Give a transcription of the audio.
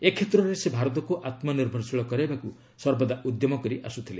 ଏ କ୍ଷେତ୍ରରେ ସେ ଭାରତକୁ ଆତ୍ମନିର୍ଭରଶୀଳ କରାଇବାକୁ ସର୍ବଦା ଉଦ୍ୟମ କରି ଆସ୍ତ୍ରଥିଲେ